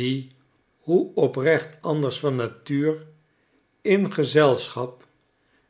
die hoe oprecht anders van natuur in gezelschap